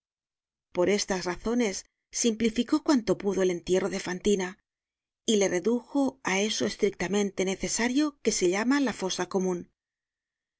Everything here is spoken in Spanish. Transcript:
por estas razones simplificó cuanto pudo el entierro de fantina y le redujo á eso estrictamente necesario que se llama la fosa comun